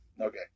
Okay